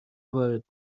وارد